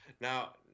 Now